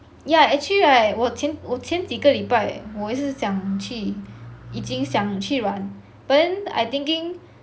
yeah actually right 我前我前几个礼拜我也是讲去已经想去染 but then I thinking